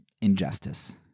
Injustice